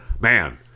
man